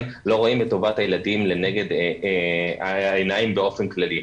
לא רואים את טובת הילדים לנגד העיניים באופן כללי.